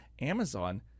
Amazon